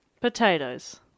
Potatoes